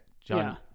John